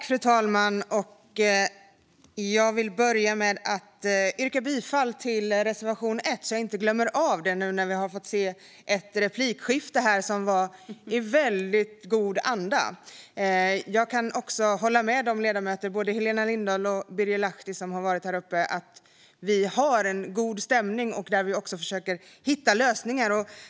Fru talman! Jag vill börja med att yrka bifall till reservation 1, så att jag inte glömmer det nu när vi har fått se ett replikskifte som var i väldigt god anda. Jag kan också hålla med de ledamöter som var här uppe, Helena Lindahl och Birger Lahti, om att vi har en god stämning och försöker att hitta lösningar.